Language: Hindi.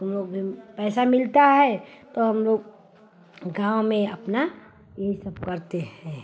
तुम लोग भी पैसा मिलता है तो हम लोग गाँव में अपना यही सब करते हैं